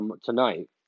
tonight